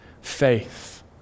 faith